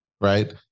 Right